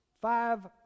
five